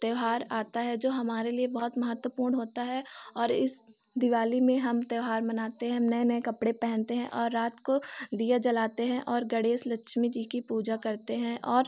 त्यौहार आता है जो हमारे लिए बहुत महत्वपूर्ण होता है और इस दिवाली में हम त्यौहार मनाते हम नए नए कपड़े पहनते हैं और रात को दिया जलाते हैं और गणेश लक्ष्मी जी की पूजा करते हैं और